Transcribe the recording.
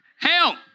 Help